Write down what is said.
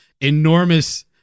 enormous